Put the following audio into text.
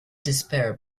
despair